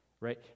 Right